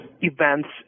events